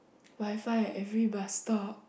WiFi every bus stop